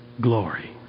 glory